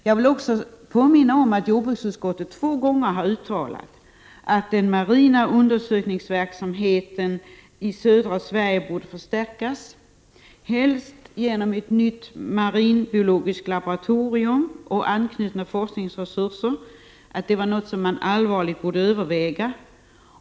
Jag vill också påminna om att jordbruksutskottet två gånger har uttalat att en förstärkning av den marina undersökningsverksamheten i södra Sverige allvarligt borde övervägas, helst genom ett nytt marinbiologiskt laboratori Prot. 1988/89:32 um och anknutna forskningsresurser.